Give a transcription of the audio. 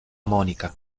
mónica